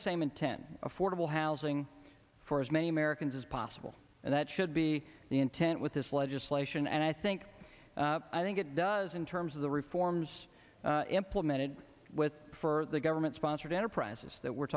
the same intent affordable housing for as many americans as possible and that should be the intent with this legislation and i think i think it does in terms of the reforms implemented with for the government sponsored enterprises that we're